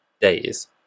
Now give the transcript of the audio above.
days